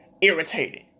irritated